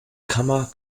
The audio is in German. kammer